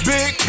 Big